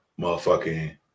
Motherfucking